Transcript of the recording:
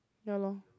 ya loh